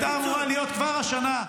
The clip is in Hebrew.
-- שהייתה אמורה להיות כבר השנה.